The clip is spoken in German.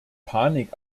panik